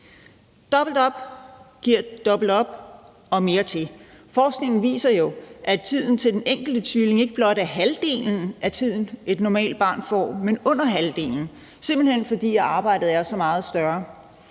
Dobbelt op giver dobbelt op og mere til. Forskningen viser jo, at tiden til den enkelte tvilling ikke blot er halvdelen af tiden, et normalt barn får, men under halvdelen, simpelt hen fordi arbejdet er så meget større.